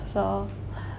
so